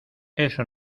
eso